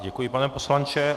Děkuji, pane poslanče.